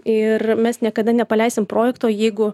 ir mes niekada nepaleisim projekto jeigu